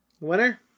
Winner